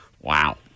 Wow